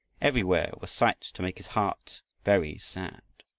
everywhere were sights to make his heart very sad.